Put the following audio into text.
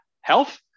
health